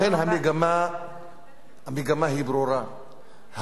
לכן, המגמה היא ברורה.